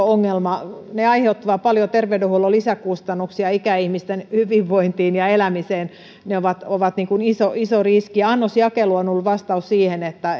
ongelma ne aiheuttavat paljon terveydenhuollon lisäkustannuksia ikäihmisten hyvinvointiin ja elämiseen ne ovat ovat iso iso riski annosjakelu on on ollut vastaus siihen